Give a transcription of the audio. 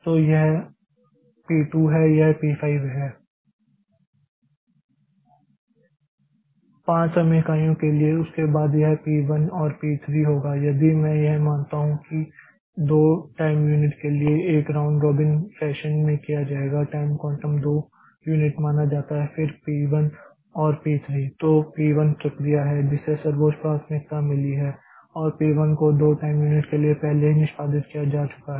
तो यह पी 2 है यह 5 पी है 5 समय इकाइयों के लिए और उसके बाद यह पी 1 और पी 3 होगा यदि मैं यह मानता हूं कि उन्हें 2 टाइम यूनिट के लिए एक राउंड रॉबिन फैशन में किया जाएगा टाइम क्वांटम 2 टाइम यूनिट माना जाता है फिर P 1 और P 3 तो अब P 1 प्रक्रिया है जिसे सर्वोच्च प्राथमिकता मिली है और P 1 को 2 टाइम यूनिट के लिए पहले ही निष्पादित किया जा चुका है